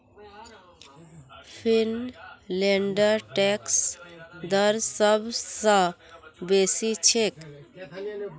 फिनलैंडेर टैक्स दर सब स बेसी छेक